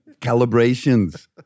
calibrations